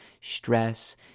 stress